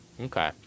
Okay